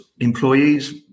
employees